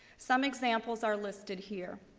some examples are listed here.